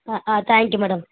ஆ ஆ thank you madam